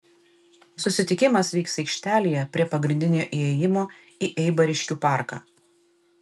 susitikimas vyks aikštelėje prie pagrindinio įėjimo į eibariškių parką